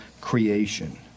creation